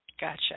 Gotcha